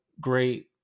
great